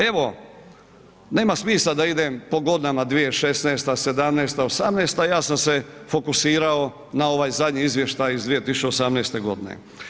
Evo nema smisla da idem po godinama 2016., '17., '18. ja sam se fokusirao na ovaj zadnji izvještaj iz 2018. godine.